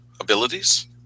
abilities